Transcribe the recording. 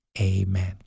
Amen